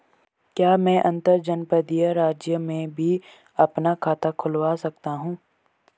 क्या मैं अंतर्जनपदीय राज्य में भी अपना खाता खुलवा सकता हूँ?